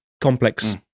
complex